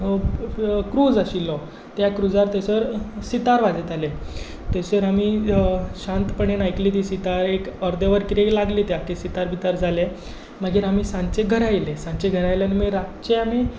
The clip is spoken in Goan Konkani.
क्रुज आशिल्लो त्या क्रुजार थंयसर सितार वाजयताले थंयसर आमी शांतपणान आयकली ती सितार एक अर्दवर कितें लागलें तें आख्खें सितार बितार जालें मागीर आमी सांजचे घरा येयले सांजचे घरा येयले आनी रातचे आमी